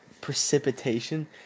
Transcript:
precipitation